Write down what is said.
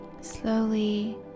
Slowly